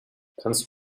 kannst